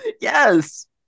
Yes